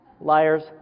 Liars